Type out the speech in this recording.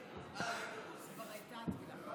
כבר הייתה התפילה.